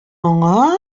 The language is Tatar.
аңа